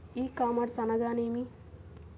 ఈ కామర్స్ అనగానేమి?